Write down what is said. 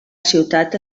ciutat